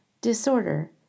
disorder